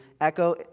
echo